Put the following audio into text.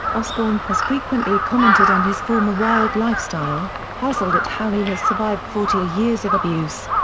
osbourne has frequently commented on his former wild lifestyle, puzzled at how he has survived forty years of abuse.